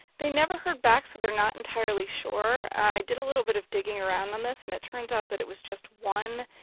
they never heard back so they are not entirely sure. i did a little bit of digging around on this, and it turns out that it was just one